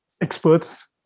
experts